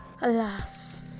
Alas